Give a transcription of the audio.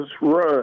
run